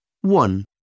One